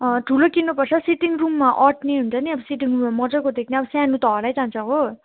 ठुलो किन्नु पर्छ हौ सिटिङ रूममा आँट्ने हुन्छ नि अब सिटिङ रूम मज्जाको देख्ने अब सानो त हराई जान्छ हो